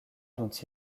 dont